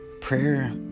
Prayer